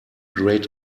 great